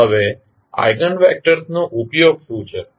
હવે આઇગન વેક્ટર્સનો ઉપયોગ શું છે